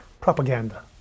propaganda